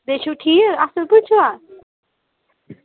بیٚیہِ چھِو ٹھیٖک اَصٕل پٲٹھۍ چھِوٕ